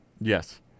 Yes